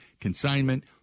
consignment